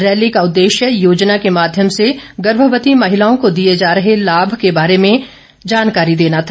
rally का उद्देश्य योजना के माध्यम से गर्भवती महिलाओं के दिए जा रहे लाभ के बारे में लोगों को जानकारी देना था